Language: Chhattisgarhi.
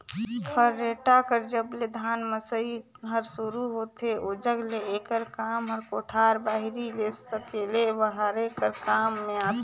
खरेटा कर जब ले धान मसई हर सुरू होथे ओजग ले एकर काम हर कोठार बाहिरे ले सकेले बहारे कर काम मे आथे